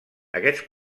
aquests